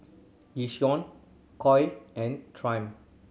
Yishion Koi and Triumph